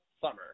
summer